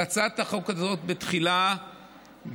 על הצעת החוק הזאת תחילה גם